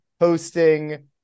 hosting